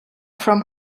from